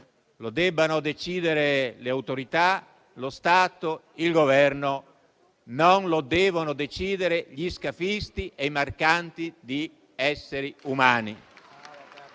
lo debbano decidere le autorità, lo Stato, il Governo e non gli scafisti e i mercanti di esseri umani.